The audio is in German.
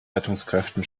rettungskräften